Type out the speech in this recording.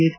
H